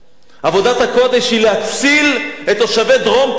עבודת הקודש היא להציל את תושבי דרום תל-אביב